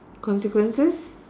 consequences